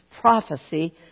prophecy